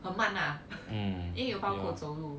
很慢 ah 因为有包括走路